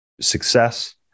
success